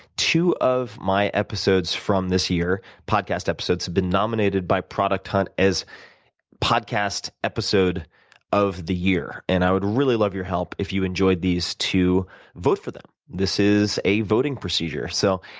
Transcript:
two of my episodes from this year podcast episodes have been nominated by product hunt as podcast episode of the year. and i would really love your help, if you enjoyed these, to vote for them. this is a voting procedure. so,